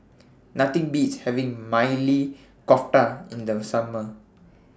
Nothing Beats having Maili Kofta in The Summer